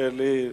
מרשה לי?